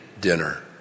dinner